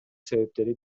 себептери